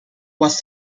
was